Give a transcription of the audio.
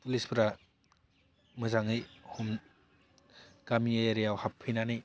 पुलिसफोरा मोजाङै गामि एरियायाव हाबफैनानै